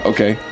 Okay